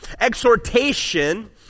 Exhortation